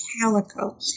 calico